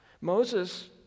Moses